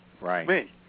Right